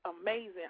amazing